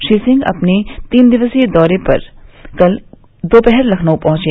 श्री सिंह अपने तीन दिवसीय दौरे पर कल दोपहर लखनऊ पहुंचे